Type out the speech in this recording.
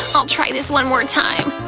i'll try this one more and time.